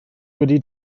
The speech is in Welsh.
wedi